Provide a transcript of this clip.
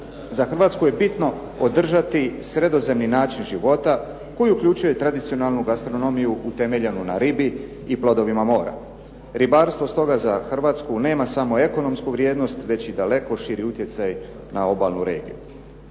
za Hrvatsku je bitno održati sredozemni način života koji uključuje tradicionalnu gastronomiju utemeljenu na ribi i plodovima mora. Ribarstvo stoga nema samo za Hrvatsku ekonomsku vrijednost već i daleko širi utjecaj na obalnu regiju.